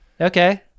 Okay